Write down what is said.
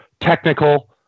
technical